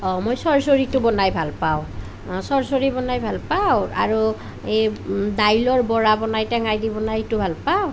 অঁ মই চৰ্চৰিটো বনাই ভাল পাওঁ চৰ্চৰি বনাই ভাল পাওঁ আৰু এই দাইলৰ বৰা বনাই টেঙাইদি বনাই এইটো ভাল পাওঁ